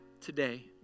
today